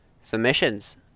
submissions